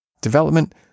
development